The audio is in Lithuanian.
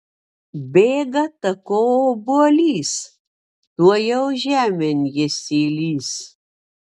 bėga taku obuolys tuojau žemėn jis įlįs